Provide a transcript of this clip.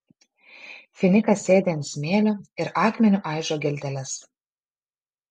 finikas sėdi ant smėlio ir akmeniu aižo geldeles